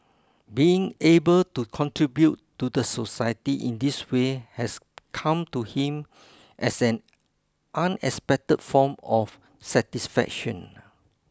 being able to contribute to the society in this way has come to him as an unexpected form of satisfaction